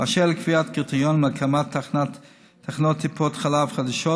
אשר לקביעת קריטריונים להקמת תחנות טיפת חלב חדשות,